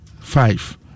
five